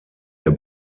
der